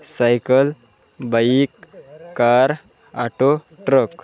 cycle bike car auto truck